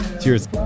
Cheers